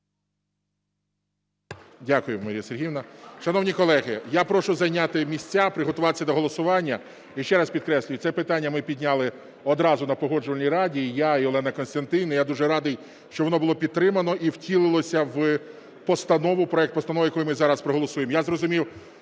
Дякую, Марія Сергіївна. Шановні колеги, я прошу зайняти місця, приготуватися до голосування. І ще раз підкреслюю, це питання ми підняли одразу на Погоджувальні раді, і я, і Олена Костянтинівна. І я дуже радий, що воно було підтримано і втілилося в постанову, в проект постанови, який ми зараз проголосуємо.